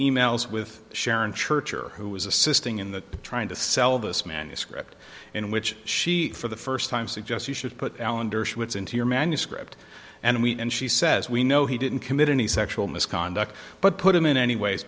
e mails with sharon church or who was assisting in the trying to sell this manuscript in which she for the first time suggests you should put alan dershowitz into your manuscript and we and she says we know he didn't commit any sexual misconduct but put him in anyways